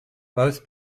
both